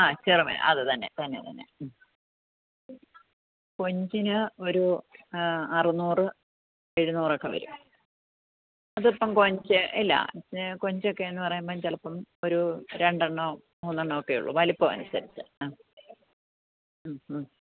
ആ ചെറുമീൻ ആ അത് തന്നെ തന്നെ കൊഞ്ചിന് ഒരു അറുന്നൂറ് ഇരുന്നൂറോക്കെ വരും അതിപ്പോൾ കൊഞ്ച് ഇല്ല കൊഞ്ചോക്കെന്ന് പറയുമ്പോൾ ചിലപ്പം ഒരു രണ്ടെണ്ണമൊ മൂന്നെണ്ണമോ ഒക്കെയേ ഉള്ളൂ വലിപ്പം അനുസരിച്ച്